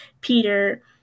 Peter